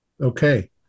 Okay